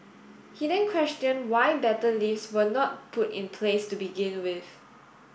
he then questioned why better lifts were not put in place to begin with